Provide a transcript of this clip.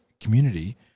community